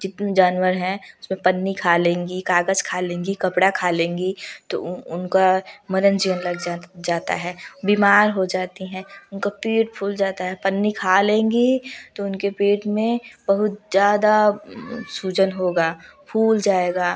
जितने जानवर हैं उसमें पन्नी खा लेंगी कागज़ खा लेंगी कपड़ा खा लेंगी तो उनका मरण जीवन लग जाता है बीमार होता जाती हैं उनका पेट फूल जाता है पन्नी खा लेंगी तो उनके पेट में बहुत ज़्यादा सूजन होगा फूल जाएगा